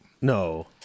No